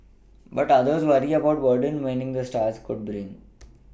but others worry about the burden winning the stars could bring